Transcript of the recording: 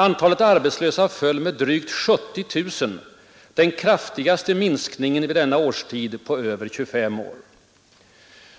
Antalet arbetslösa föll med drygt 70000 ——=— den kraftigaste minskningen vid denna årstid på över 25 år.”